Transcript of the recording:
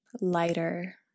lighter